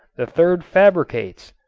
the third fabricates.